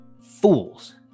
Fools